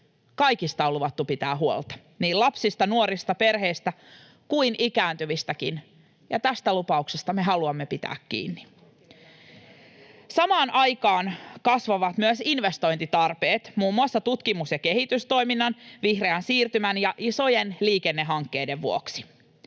Kaikista on luvattu pitää huolta — niin lapsista, nuorista, perheistä kuin ikääntyvistäkin — ja tästä lupauksesta me haluamme pitää kiinni. Samaan aikaan kasvavat myös investointitarpeet muun muassa tutkimus- ja kehitystoiminnan, vihreän siirtymän ja isojen liikennehankkeiden vuoksi.